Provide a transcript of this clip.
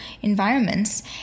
environments